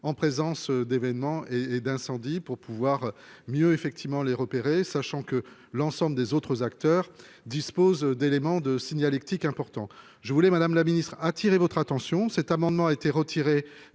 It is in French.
en présence d'événements et et d'incendie pour pouvoir mieux effectivement les repérer, sachant que l'ensemble des autres acteurs dispose d'éléments de signalétique important je voulais Madame la Ministre, attirer votre attention cet amendement a été retiré